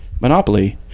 Monopoly